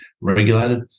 regulated